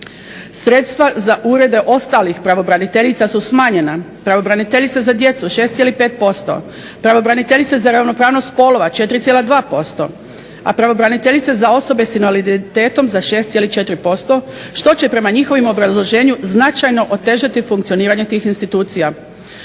Sredstva za urede ostalih pravobraniteljica su smanjena. Pravobraniteljica za djecu 6,5%, pravobraniteljica za ravnopravnost spolova 4,2%, a pravobraniteljice za osobe sa invaliditetom za 6,4% što će prema njihovom obrazloženju značajno otežati funkcioniranje tih institucija.